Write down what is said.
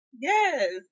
Yes